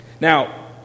Now